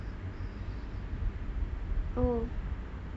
oh